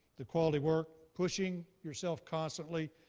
the quality work, pushing yourself constantly,